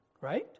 Right